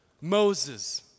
Moses